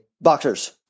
Boxers